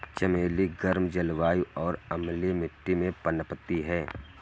चमेली गर्म जलवायु और अम्लीय मिट्टी में पनपती है